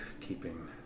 keeping